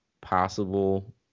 possible